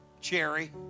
Cherry